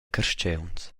carstgauns